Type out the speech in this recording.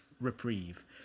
reprieve